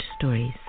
stories